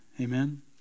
Amen